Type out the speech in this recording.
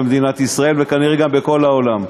במדינת ישראל וכנראה גם בעולם.